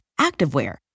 activewear